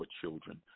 children